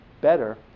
better